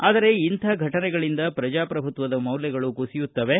ಆದರೆ ಇಂಥ ಘಟನೆಗಳಿಂದ ಪ್ರಜಾ ಪ್ರಭುತ್ವದ ಮೌಲ್ಯಗಳು ಕುಸಿಯುತ್ತಿವೆ